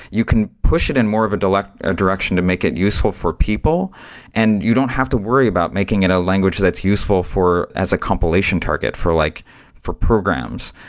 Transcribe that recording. you can push it in more of a direction a direction to make it useful for people and you don't have to worry about making it a language that's useful for as a compilation target for like for programs.